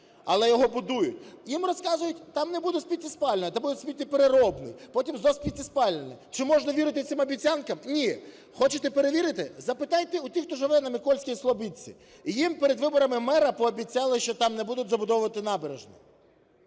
Але його будують. Їм розказують, там не буде сміттєспалювального, то буде сміттєпереробний, потім знову сміттєспалювальний. Чи можна цим обіцянкам? Ні! Хочете перевірити? Запитайте у тих, хто живе на Микільській Слобідці. Їм перед виборами мера пообіцяли, що там не будуть забудовувати набережну.